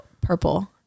purple